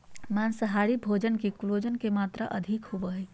माँसाहारी भोजन मे कोलेजन के मात्र अधिक होवो हय